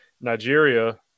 Nigeria